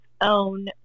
own